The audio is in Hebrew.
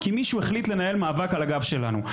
כי מישהו החליט לנהל מאבק על הגב שלנו.